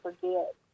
forget